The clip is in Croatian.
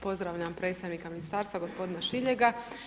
Pozdravljam predstavnika ministarstva gospodina Šiljega.